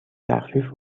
تخفیف